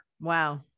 Wow